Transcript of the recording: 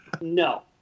No